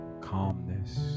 calmness